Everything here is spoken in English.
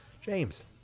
James